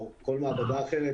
או כל מעבדה אחרת,